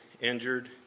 injured